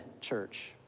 church